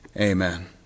Amen